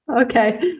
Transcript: Okay